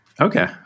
okay